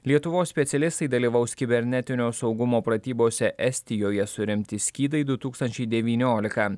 lietuvos specialistai dalyvaus kibernetinio saugumo pratybose estijoje suremti skydai du tūkstančiai devyniolika